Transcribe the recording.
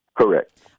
Correct